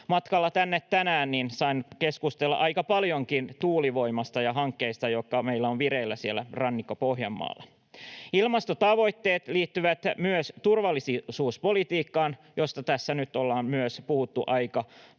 Matkalla tänne tänään sain keskustella aika paljonkin tuulivoimasta ja hankkeista, jotka meillä ovat vireillä Rannikko-Pohjanmaalla. Ilmastotavoitteet liittyvät myös turvallisuuspolitiikkaan, josta tässä nyt ollaan myös puhuttu aika paljon.